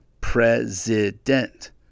President